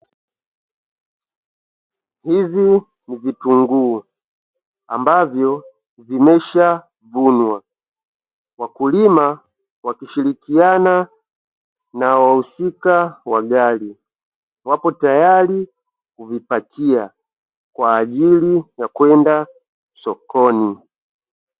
Hivi ni vitunguu ambavyo vimeshavunwa. Wakulima wakishirikiana na wahusika wa gari wapo tayari kuvipakia kwa ajili ya kwenda sokoni.